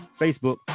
Facebook